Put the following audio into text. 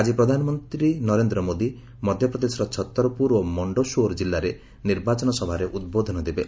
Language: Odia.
ଆଜି ପ୍ରଧାନମନ୍ତ୍ରୀ ନରେନ୍ଦ୍ର ମୋଦି ମଧ୍ୟପ୍ରଦେଶର ଛତରପ୍ରର ଓ ମଣ୍ଡସୌର କିଲ୍ଲାରେ ନିର୍ବାଚନ ସଭାରେ ଉଦ୍ବୋଧନ ଦେବେ